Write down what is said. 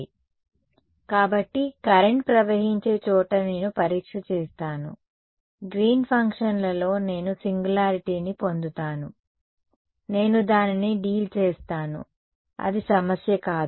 Ez sA EzsB − Ezi A కాబట్టి current ప్రవహించే చోట నేను పరీక్ష చేస్తాను గ్రీన్ ఫంక్షన్లలో నేను సింగులారిటీని పొందుతాను నేను దానిని డీల్ చేస్తాను అది సమస్య కాదు